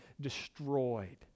destroyed